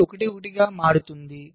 ఇది 1 1 గా మారుతుంది